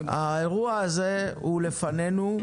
האירוע הזה הוא לפנינו,